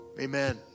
amen